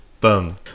Boom